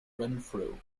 renfrew